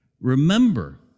Remember